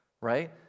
right